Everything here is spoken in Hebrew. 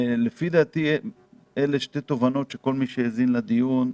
לדעתי אלה שתי תובנות שברורות לכל מי שהאזין לדיון.